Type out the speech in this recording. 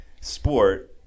sport